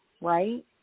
right